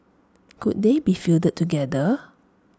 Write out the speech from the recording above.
could they be fielded together